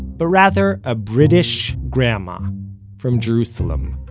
but rather a british grandma from jerusalem